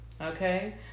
okay